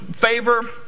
favor